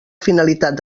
finalitat